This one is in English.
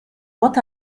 what